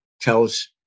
tells